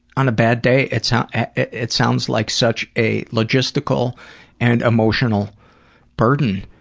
on a bad day, it sounds it sounds like such a logistical and emotional burden.